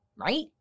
right